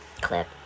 clip